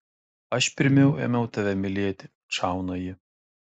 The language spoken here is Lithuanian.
aš pirmiau ėmiau tave mylėti atšauna ji